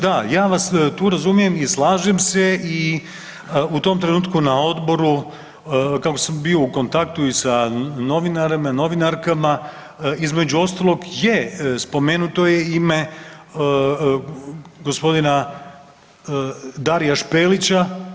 Da, ja vas tu razumijem i slažem se i u tom trenutku na Odboru kako sam bio u kontaktu i sa novinarima i novinarkama između ostalog je spomenuto je ime gospodina Darija Špelića.